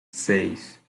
seis